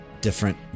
Different